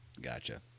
Gotcha